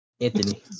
Anthony